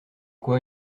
quoi